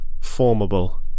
formable